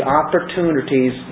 opportunities